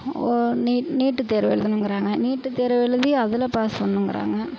ஒ நீ நீட்டு தேர்வு எழுதுணுங்கிறாங்க நீட்டு தேர்வு எழுதி அதில் பாஸ் பண்ணுங்கிறாங்க